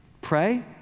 Pray